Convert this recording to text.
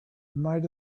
might